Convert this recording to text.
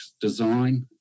design